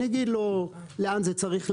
אני אגיד לו לאן זה צריך לעבור,